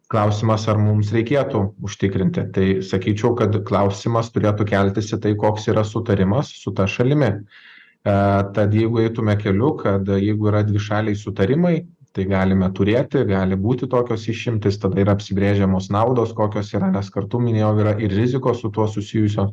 klausimas ar mums reikėtų užtikrinti tai sakyčiau kad klausimas turėtų keltis į tai koks yra sutarimas su ta šalimi tad jeigu eitume keliu kad jeigu yra dvišaliai sutarimai tai galime turėti gali būti tokios išimtys tada yra apsibrėžiamos naudos kokios yra nes kartu minėjau yra ir rizikos su tuo susijusio